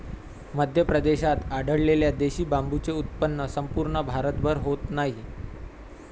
मध्य प्रदेशात आढळलेल्या देशी बांबूचे उत्पन्न संपूर्ण भारतभर होत नाही